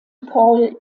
paul